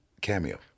cameo